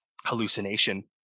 hallucination